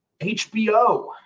HBO